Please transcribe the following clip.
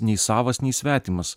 nei savas nei svetimas